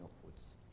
upwards